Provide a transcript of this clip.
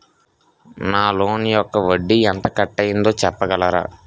నా లోన్ యెక్క వడ్డీ ఎంత కట్ అయిందో చెప్పగలరా?